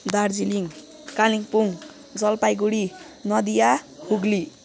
Darjeeling Kalimpong Jalpaiguri Nadia Hooghly